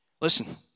Listen